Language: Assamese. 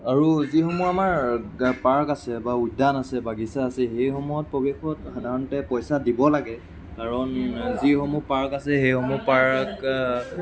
আৰু যিসমূহ আমাৰ পাৰ্ক আছে বা উদ্যান আছে বাগিচা আছে সেইসমূহত প্ৰৱেশত সাধাৰণতে পইচা দিব লাগে কাৰণ যিসমূহ পাৰ্ক আছে সেইসমূহ পাৰ্ক